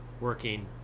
working